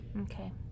Okay